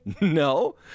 No